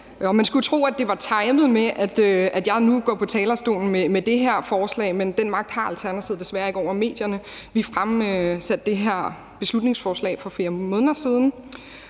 Man skulle tro, at det var timet med, at jeg nu går på talerstolen med det her forslag, men den magt har Alternativet desværre ikke over medierne. Vi fremsatte det her beslutningsforslag for flere måneder siden,